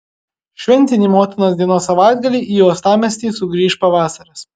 šventinį motinos dienos savaitgalį į uostamiestį sugrįš pavasaris